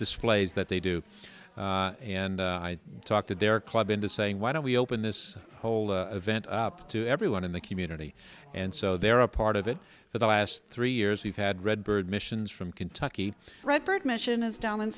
displays that they do and i talk to their club in the saying why don't we open this whole vent up to everyone in the community and so they're a part of it for the last three years we've had red bird missions from kentucky red bird mission is down in